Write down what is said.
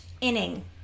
inning